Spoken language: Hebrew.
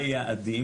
כל היעדים,